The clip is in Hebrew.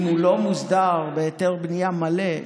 אם הוא לא מוסדר בהיתר בנייה מלא,